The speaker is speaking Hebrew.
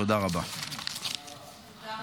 תודה רבה.